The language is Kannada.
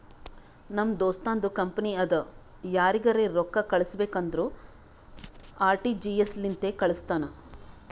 ನಮ್ ದೋಸ್ತುಂದು ಕಂಪನಿ ಅದಾ ಯಾರಿಗರೆ ರೊಕ್ಕಾ ಕಳುಸ್ಬೇಕ್ ಅಂದುರ್ ಆರ.ಟಿ.ಜಿ.ಎಸ್ ಲಿಂತೆ ಕಾಳುಸ್ತಾನ್